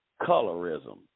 colorism